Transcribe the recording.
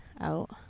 out